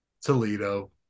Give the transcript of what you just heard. toledo